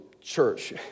church